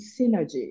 synergy